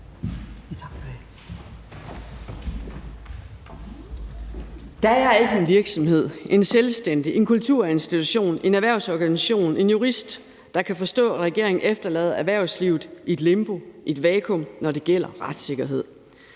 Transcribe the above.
Der er ikke en virksomhed, en selvstændig, en kulturinstitution, en erhvervsorganisation eller en jurist, der kan forstå, at regeringen efterlader erhvervslivet i et limbo, et vakuum, når det gælder retssikkerhed.